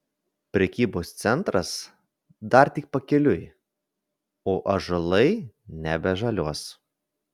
prekybos centras dar tik pakeliui o ąžuolai nebežaliuos